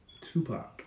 Tupac